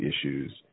issues